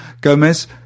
Gomez